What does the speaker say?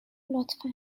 لطفا